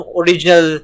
original